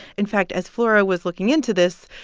in fact, as flora was looking into this,